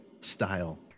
style